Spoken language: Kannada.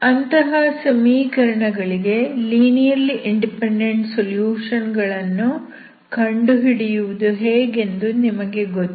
ಅಂತಹ ಸಮೀಕರಣಗಳಿಗೆ ಲೀನಿಯರ್ಲಿ ಇಂಡಿಪೆಂಡೆಂಟ್ ಸೊಲ್ಯೂಷನ್ ಗಳನ್ನು ಕಂಡುಹಿಡಿಯುವುದು ಹೇಗೆಂದು ನಿಮಗೆ ಗೊತ್ತು